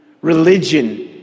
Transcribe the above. religion